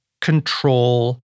control